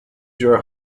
your